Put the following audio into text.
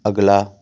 ਅਗਲਾ